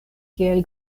kiel